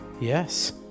Yes